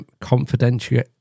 confidential